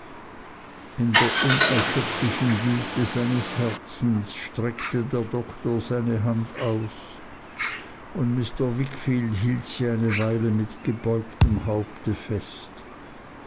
in der unerschöpflichen güte seines herzens streckte der doktor seine hand aus und mr wickfield hielt sie eine weile mit gebeugtem haupte